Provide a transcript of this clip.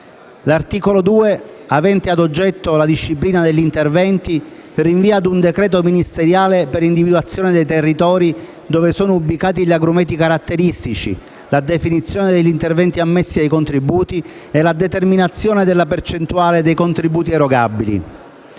L'articolo 2, avente a oggetto la disciplina degli interventi, rinvia a un decreto ministeriale per l'individuazione dei territori dove sono ubicati gli agrumeti caratteristici, la definizione degli interventi ammessi ai contributi e la determinazione della percentuale dei contributi erogabili.